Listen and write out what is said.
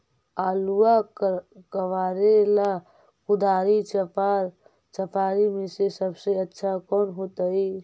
आलुआ कबारेला कुदारी, चपरा, चपारी में से सबसे अच्छा कौन होतई?